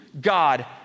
God